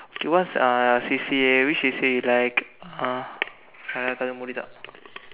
okay what's uh C_C_A which C_C_A you like uh